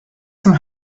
some